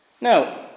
Now